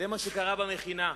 זה מה שקרה במכינה.